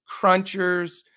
crunchers